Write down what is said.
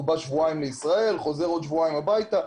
הוא בא לשבועיים לישראל וחוזר לעוד שבועיים הביתה,